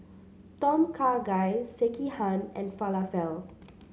Tom Kha Gai Sekihan and Falafel